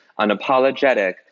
unapologetic